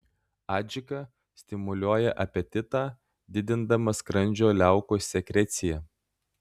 adžika stimuliuoja apetitą didindama skrandžio liaukų sekreciją